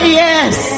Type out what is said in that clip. yes